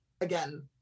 again